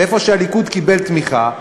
ואיפה שהליכוד קיבל תמיכה,